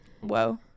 whoa